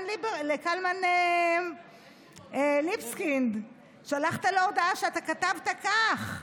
לקלמן ליבסקינד הודעה, וכתבת כך: